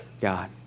God